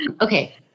Okay